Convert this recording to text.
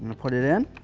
put it in,